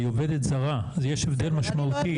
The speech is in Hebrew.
היא עובדת זרה יש הבדל משמעותי,